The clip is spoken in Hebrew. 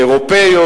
אירופיות,